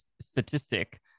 statistic